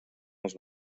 els